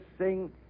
sing